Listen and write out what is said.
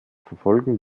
verfolgen